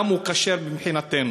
גם הוא כשר מבחינתנו.